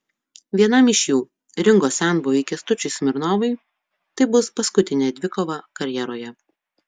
vienam iš jų ringo senbuviui kęstučiui smirnovui tai bus paskutinė dvikova karjeroje